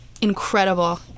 incredible